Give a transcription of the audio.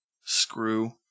screw